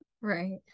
Right